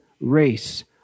race